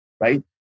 right